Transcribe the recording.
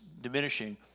diminishing